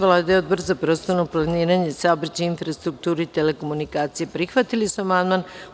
Vlada i Odbor za prostorno planiranje i saobraćaj, infrastrukturu i telekomunikacije prihvatili su amandman.